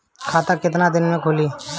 खाता कितना दिन में खुलि?